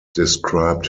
described